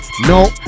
No